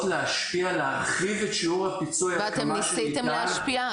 להשפיע להרחיב את שיעור הפיצוי עד כמה שניתן,